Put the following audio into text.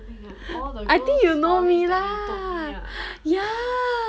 I think you know me lah ya